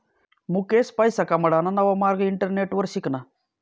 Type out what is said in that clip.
मुकेश पैसा कमाडाना नवा मार्ग इंटरनेटवर शिकना